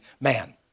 man